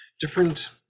different